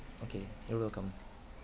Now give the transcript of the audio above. okay you're welcome